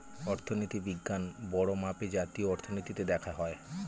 অর্থনীতি বিজ্ঞান বড়ো মাপে জাতীয় অর্থনীতিতে দেখা হয়